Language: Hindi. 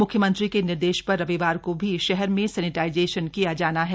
म्ख्यमंत्री के निर्देश पर रविवार को भी शहर में सैनिटाइजेशन किया जाना है